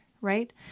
right